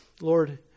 Lord